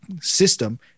System